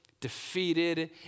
defeated